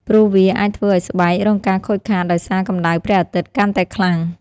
ព្រោះវាអាចធ្វើឲ្យស្បែករងការខូចខាតដោយសារកម្ដៅព្រះអាទិត្យកាន់តែខ្លាំង។